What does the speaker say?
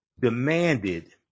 demanded